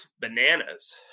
bananas